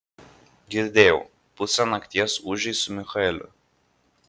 girdėjau pusę nakties ūžei su michaeliu